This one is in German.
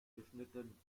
geschnitten